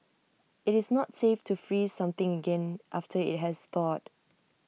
IT is not safe to freeze something again after IT has thawed